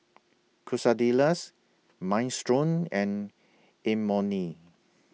Quesadillas Minestrone and Imoni